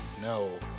No